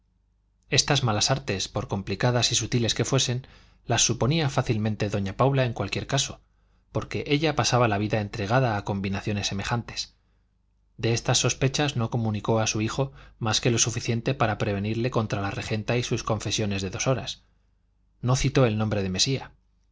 estas malas artes por complicadas y sutiles que fuesen las suponía fácilmente doña paula en cualquier caso porque ella pasaba la vida entregada a combinaciones semejantes de estas sospechas no comunicó a su hijo más que lo suficiente para prevenirle contra la regenta y sus confesiones de dos horas no citó el nombre de mesía